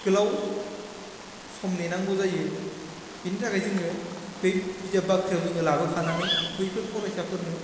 गोलाव सम नेनांगौ जायो बिनि थाखाय जोङो बे बिजाब बाख्रिआव जोङो लाबोखानानै बैफोर फरायसाफोरनो